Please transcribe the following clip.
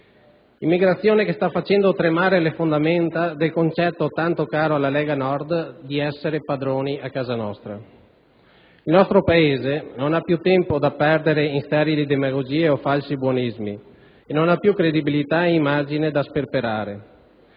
Immigrazione che sta facendo tremare le fondamenta del concetto, tanto caro alla Lega Nord, di essere padroni a casa nostra. Il nostro Paese non ha più tempo da perdere in sterili demagogie o falsi buonismi e non ha più credibilità ed immagine da sperperare.